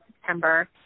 September